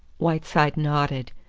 whiteside nodded.